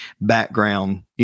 background